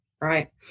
Right